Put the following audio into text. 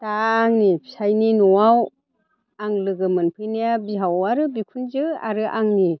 दा आंनि फिसायनि न'आव आं लोगो मोनफैनाया बिहाव आरो बिखुनजो आरो आंनि